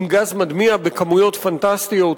עם גז מדמיע בכמויות פנטסטיות.